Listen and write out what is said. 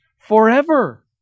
forever